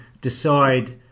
decide